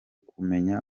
kubimenya